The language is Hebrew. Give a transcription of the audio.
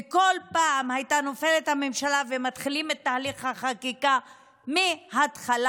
וכל פעם נפלה הממשלה ומתחילים את תהליך החקיקה מהתחלה.